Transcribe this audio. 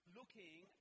looking